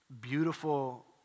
beautiful